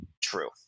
true